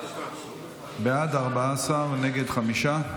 בעד, 14, נגד, חמישה.